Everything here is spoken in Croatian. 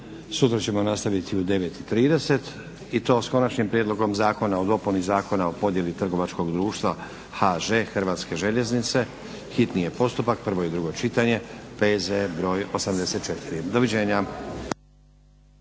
Sutra ćemo nastaviti u 9,30 i to s Konačnim prijedlogom zakona o dopuni Zakona o podjeli trgovačkog društva HŽ-Hrvatske željeznice, hitni je postupak, prvo i drugo čitanje, P.Z. br. 84. Doviđenja.